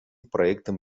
проектам